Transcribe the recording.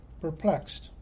perplexed